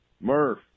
Murph